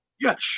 Yes